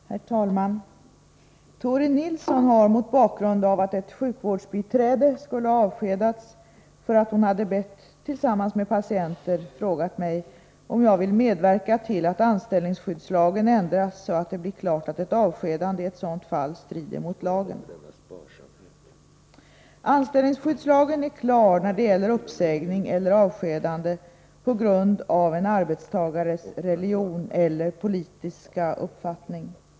Herr talman! Tore Nilsson har, mot bakgrund av att ett sjukvårdsbiträde skulle ha avskedats för att hon hade bett tillsammans med patienter, frågat mig om jag vill medverka till att anställningsskyddslagen ändras, så att det blir klart att ett avskedande i ett sådant fall strider mot lagen. Anställningsskyddslagen är klar när det gäller uppsägning eller avskedande på grund av en arbetstagares religion eller politiska uppfattning.